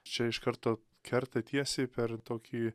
čia iš karto kerta tiesiai per tokį